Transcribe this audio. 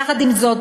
יחד עם זאת,